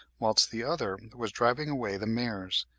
whilst the other was driving away the mares,